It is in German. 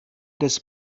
des